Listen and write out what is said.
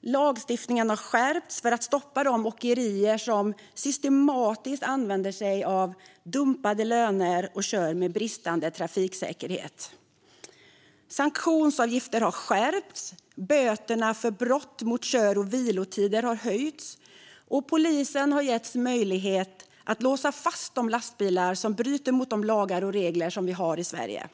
Lagstiftningen har skärpts för att stoppa de åkerier som systematiskt använder sig av dumpade löner och kör med bristande trafiksäkerhet. Sanktionsavgifter har skärpts. Böterna för brott mot kör och vilotider har höjts. Polisen har också getts möjlighet att låsa fast de lastbilar som bryter mot de lagar och regler som vi har i Sverige.